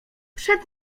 przed